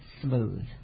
smooth